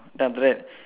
then after that